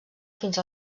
fins